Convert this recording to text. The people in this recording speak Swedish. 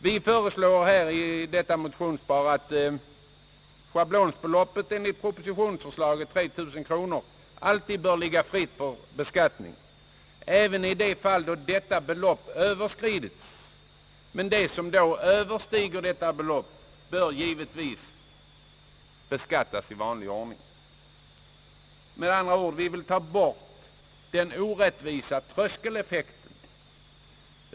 Vi föreslår i detta motionspar att schablonbeloppet enligt propositionsförslaget, 3 000 kronor, alltid bör ligga fritt för beskattning även i de fall då detta belopp överstigits, men vad som då överstiger detta belopp bör givetvis beskattas i vanlig ordning. Vi vill med andra ord avlägsna den orättvisa tröskeleffekten.